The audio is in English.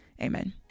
Amen